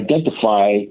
identify